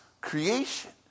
creation